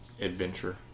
adventure